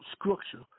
structure